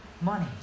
money